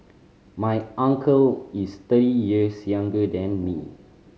my uncle is thirty years younger than me